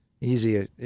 Easy